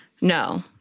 No